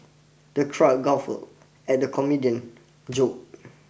the crowd guffawed at the comedian's joke